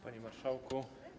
Panie Marszałku!